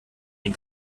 den